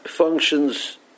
functions